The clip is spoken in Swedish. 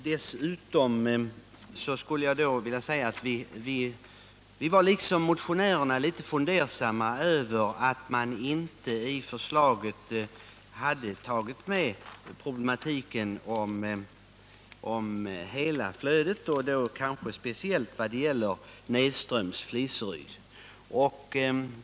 Dessutom skulle jag vilja säga att vi, liksom motionärerna, var litet fundersamma över att man i förslaget inte hade tagit med problematiken om hela flödet, och då kanske speciellt nedströms Fliseryd.